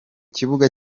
kibuga